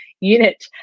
unit